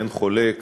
ואין חולק